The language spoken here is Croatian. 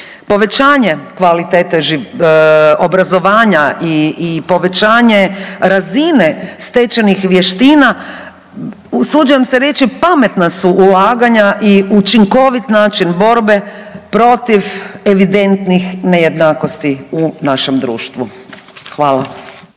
Povećanje kvalitete obrazovanja i povećanje razine stečenih vještina usuđujem se reći pametna su ulaganja i učinkovit način borbe protiv evidentnih nejednakosti u našem društvu. Hvala.